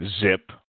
Zip